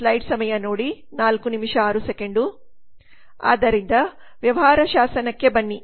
ಆದ್ದರಿಂದ ವ್ಯವಹಾರ ಶಾಸನಕ್ಕೆ ಬನ್ನಿ